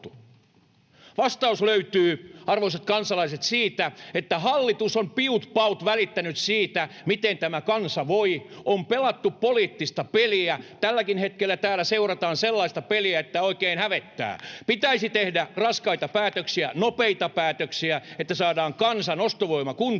Vastaus löytyy, arvoisat kansalaiset, siitä, että hallitus on piut paut välittänyt siitä, miten tämä kansa voi. On pelattu poliittista peliä. Tälläkin hetkellä täällä seurataan sellaista peliä, että oikein hävettää. Pitäisi tehdä raskaita päätöksiä, nopeita päätöksiä, että saadaan kansan ostovoima kuntoon.